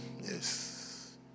Yes